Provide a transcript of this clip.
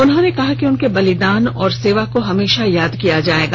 उन्होंने कहा कि उनके बलिदान और सेवा को हमेशा याद किया जाएगा